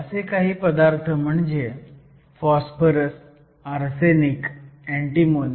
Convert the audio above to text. असे काही पदार्थ म्हणजे फॉस्फरस आर्सेनिक अँटीमोनी